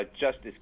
Justice